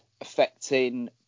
affecting